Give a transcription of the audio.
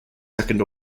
second